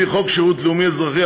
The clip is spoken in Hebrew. ועדה לפי חוק שירות לאומי אזרחי,